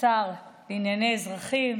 השר לענייני אזרחים